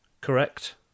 Correct